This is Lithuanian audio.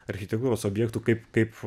architektūros objektų kaip kaip